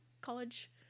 college